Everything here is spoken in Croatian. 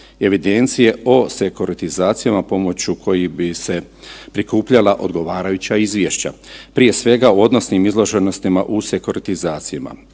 evidencije o sekuratizacijama pomoću kojih bi se prikupljala odgovarajuća izvješća, prije svega u odnosnim izloženostima u sekuratizacijama.